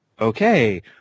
Okay